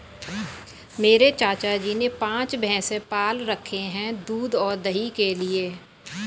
मेरे चाचा जी ने पांच भैंसे पाल रखे हैं दूध और दही के लिए